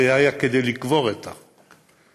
זה היה כדי לקבור את החוק.